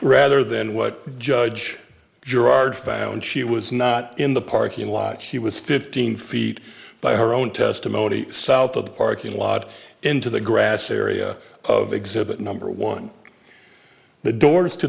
rather than what judge gerard found she was not in the parking lot she was fifteen feet by her own testimony south of the parking lot into the grass area of exhibit number one the doors to